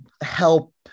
help